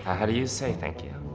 how do you say thank you?